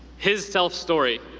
his self-story,